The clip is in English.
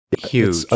huge